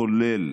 כולל